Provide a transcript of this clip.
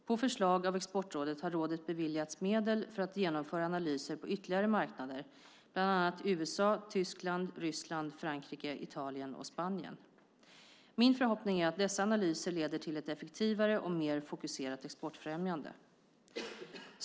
På förslag av Exportrådet har rådet beviljats medel för att genomföra analyser på ytterligare marknader, bland annat USA, Tyskland, Ryssland, Frankrike, Italien och Spanien. Min förhoppning är att dessa analyser leder till ett effektivare och mer fokuserat exportfrämjande.